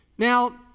Now